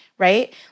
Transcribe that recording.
right